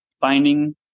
finding